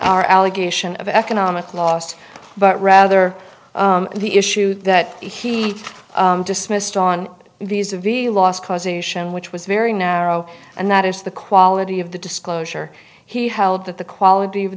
our allegation of economic loss but rather the issue that he dismissed on visa v last causation which was very narrow and that is the quality of the disclosure he held that the quality of